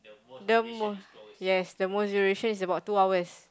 the most yes the most duration is about two hours